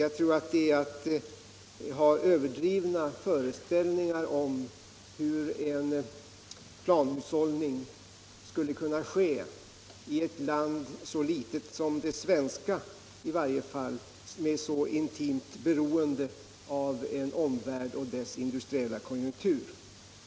Jag tror att det är att ha överdrivna föreställningar om hur en planhushållning skulle kunna genomföras i varje fall i ett land så litet som vårt, som är så intimt beroende av omvärlden och dess industriella konjunktur.